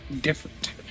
different